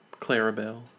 Clarabelle